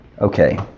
Okay